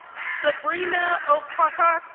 sabrina oparko.